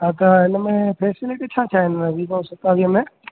हा त हिन में फैसेलिटी छा छा इन विवो सतावीह में